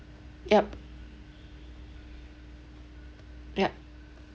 ya ya